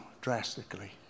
drastically